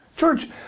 George